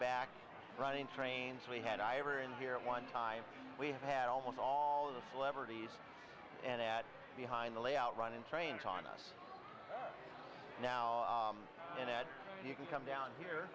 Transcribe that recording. back running trains we had i ever in here at one time we had almost all of the celebrities and ad behind the layout running trains on us now and you can come down here